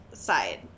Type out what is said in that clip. side